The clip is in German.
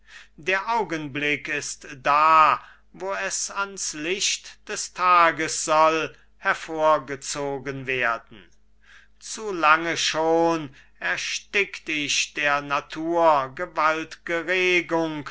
der augenblick ist da wo es ans licht des tages soll hervorgezogen werden zu lange schon erstickt ich der natur